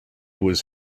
was